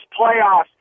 playoffs